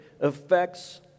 affects